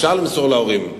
אפשר למסור להורים,